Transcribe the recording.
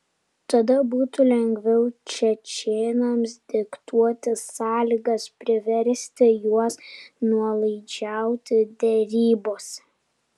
tada būtų lengviau čečėnams diktuoti sąlygas priversti juos nuolaidžiauti derybose